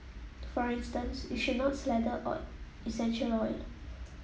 for instance you should not slather on essential oil